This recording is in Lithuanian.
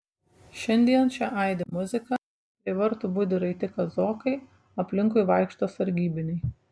šiandien čia aidi muzika prie vartų budi raiti kazokai aplinkui vaikšto sargybiniai